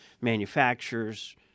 manufacturers